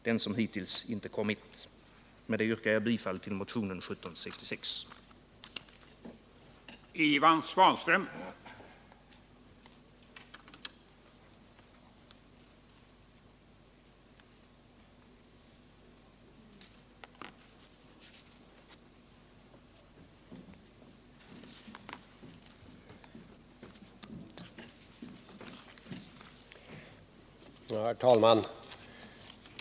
Den som hittills inte kommit. Med detta yrkar jag bifall till motionen 1766.